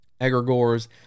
Egregores